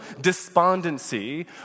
despondency